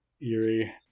eerie